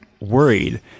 worried